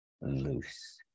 loose